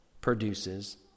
produces